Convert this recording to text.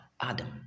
Adam